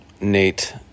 Nate